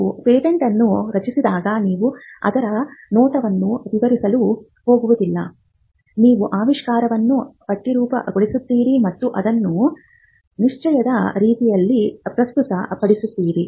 ನೀವು ಪೇಟೆಂಟ್ ಅನ್ನು ರಚಿಸಿದಾಗ ನೀವು ಅದರ ನೋಟವನ್ನು ವಿವರಿಸಲು ಹೋಗುವುದಿಲ್ಲ ನೀವು ಆವಿಷ್ಕಾರವನ್ನು ಪಠ್ಯರೂಪಗೊಳಿಸುತ್ತೀರಿ ಮತ್ತು ಅದನ್ನು ನಿಶ್ಚಯದ ರೀತಿಯಲ್ಲಿ ಪ್ರಸ್ತುತಪಡಿಸುತ್ತೀರಿ